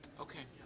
okay.